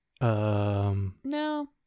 No